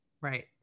Right